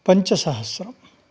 पञ्चसहस्रं